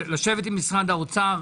לשבת עם משרד האוצר.